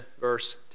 verse